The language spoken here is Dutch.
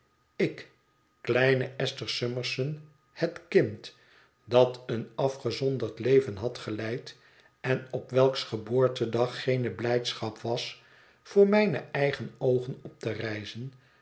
ik kleine esther summerson het kind dat een afgezonderd leven had geleid en op welks geboortedag geene blijdschap was voor mijne eigen oogen op te rijzen